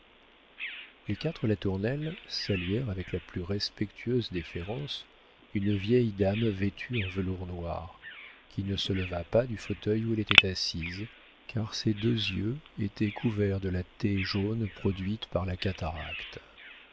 les quatre latournelle saluèrent avec la plus respectueuse déférence une vieille dame vêtue de velours noir qui ne se leva pas du fauteuil où elle était assise car ses deux yeux étaient couverts de la taie jaune produite par la cataracte